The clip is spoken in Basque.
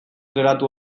geratu